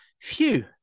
Phew